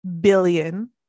billion